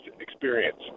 experience